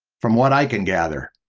from what i can gather,